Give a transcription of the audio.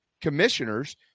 commissioners